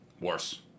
Worse